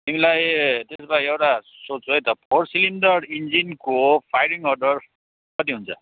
तिमीलाई त्यसो भए एउटा सोध्छु है त फोर सिलिन्डर इन्जिनको फाइरिङ अर्डर कति हुन्छ